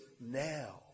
now